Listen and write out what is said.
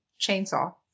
Chainsaw